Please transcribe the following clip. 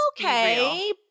okay